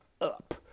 up